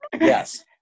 Yes